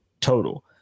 total